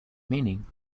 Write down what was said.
meaning